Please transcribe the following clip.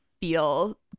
feel